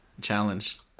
Challenge